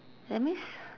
that means